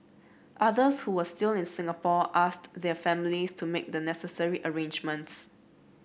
others who were still in Singapore asked their families to make the necessary arrangements